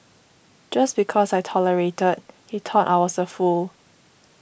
just because I tolerated he thought I was a fool